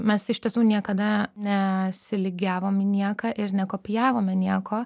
mes iš tiesų niekada nesilygiavom į nieką ir nekopijavome nieko